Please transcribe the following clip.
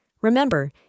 Remember